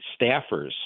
staffers